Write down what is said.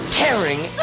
tearing